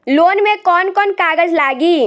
Loan में कौन कौन कागज लागी?